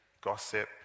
gossip